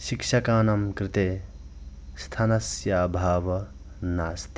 शिक्षकानां कृते स्थानस्य अभावः नास्ति